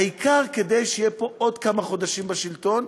העיקר שיהיו פה עוד כמה חודשים בשלטון.